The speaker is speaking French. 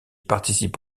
participe